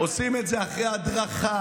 עושים את זה אחרי הדרכה,